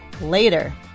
later